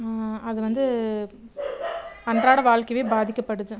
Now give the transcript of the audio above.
அது வந்து அன்றாடம் வாழ்க்கைய பாதிக்கப்படுது